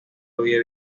había